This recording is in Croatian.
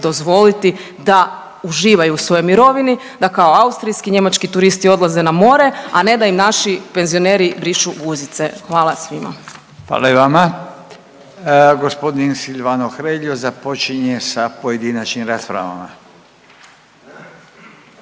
dozvoliti da uživaju u svojoj mirovini, da kao austrijski, njemački turisti odlaze na more, a ne da im naši penzioneri brišu guzice. Hvala svima. **Radin, Furio (Nezavisni)** Hvala i vama. Gospodin Silvano Hrelja započinje se pojedinačnim raspravama.